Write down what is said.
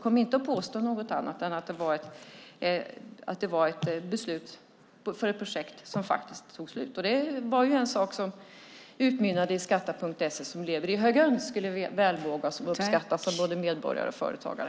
Kom inte och påstå något annat än att det var ett beslut som gällde ett projekt som tog slut. Det var en sak som utmynnade i skatta.se som lever i högönsklig välmåga och uppskattas av både medborgare och företagare.